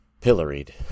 pilloried